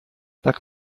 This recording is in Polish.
tak